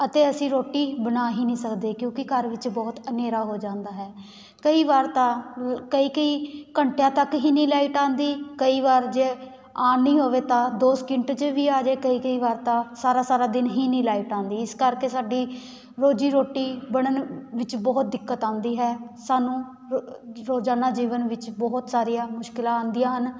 ਅਤੇ ਅਸੀਂ ਰੋਟੀ ਬਣਾ ਹੀ ਨਹੀਂ ਸਕਦੇ ਕਿਉਂਕਿ ਘਰ ਵਿੱਚ ਬਹੁਤ ਹਨੇਰਾ ਹੋ ਜਾਂਦਾ ਹੈ ਕਈ ਵਾਰ ਤਾਂ ਕਈ ਕਈ ਘੰਟਿਆਂ ਤੱਕ ਹੀ ਨਹੀਂ ਲਾਈਟ ਆਉਂਦੀ ਕਈ ਵਾਰ ਜੇ ਆਉਣੀ ਹੋਵੇ ਤਾਂ ਦੋ ਸਕਿੰਟ 'ਚ ਵੀ ਆ ਜੇ ਕਈ ਕਈ ਵਾਰ ਤਾਂ ਸਾਰਾ ਸਾਰਾ ਦਿਨ ਹੀ ਨਹੀਂ ਲਾਈਟ ਆਉਂਦੀ ਇਸ ਕਰਕੇ ਸਾਡੀ ਰੋਜ਼ੀ ਰੋਟੀ ਬਣਨ ਵਿੱਚ ਬਹੁਤ ਦਿੱਕਤ ਆਉਂਦੀ ਹੈ ਸਾਨੂੰ ਰੋ ਰੋਜ਼ਾਨਾ ਜੀਵਨ ਵਿੱਚ ਬਹੁਤ ਸਾਰੀਆਂ ਮੁਸ਼ਕਿਲਾਂ ਆਉਂਦੀਆਂ ਹਨ